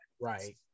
right